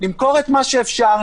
נמכור את מה שאפשר,